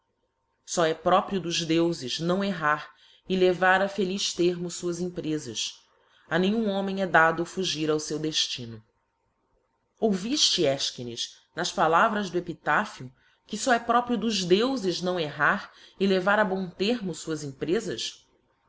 é próprio dos deufes não errar e levar a feliz termo fuás emprefas a nenhum homem é dado fiigir ao feu deílino ouvifte efchines nas palavras do epitaphio que fó é próprio dos deufes não errar e levar a bom termo fuás emprefas